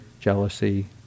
jealousy